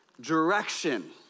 direction